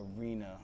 arena